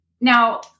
Now